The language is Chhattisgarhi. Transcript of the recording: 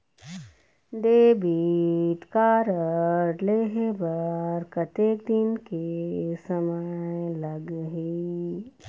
डेबिट कारड लेहे बर कतेक दिन के समय लगही?